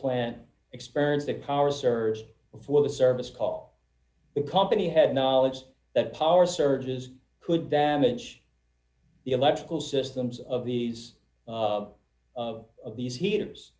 plant experienced a power surge before the service call the company had knowledge that power surges could damage the electrical systems of these of these heaters